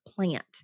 plant